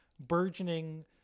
burgeoning